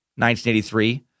1983